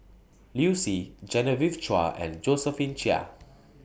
Liu Si Genevieve Chua and Josephine Chia